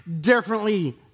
differently